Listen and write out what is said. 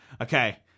Okay